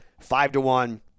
Five-to-one